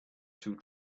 two